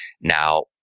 Now